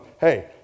hey